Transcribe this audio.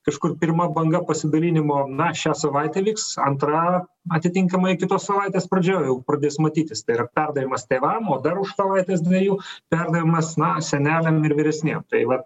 kažkur pirma banga pasidalinimo na šią savaitę vyks antra atitinkamai kitos savaitės pradžioj jau pradės matytis tai yra perdavimas tėvam o dar už savaitės dviejų perdavimas na seneliam ir vyresniem tai vat